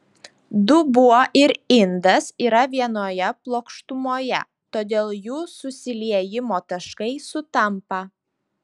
dubuo ir indas yra vienoje plokštumoje todėl jų susiliejimo taškai sutampa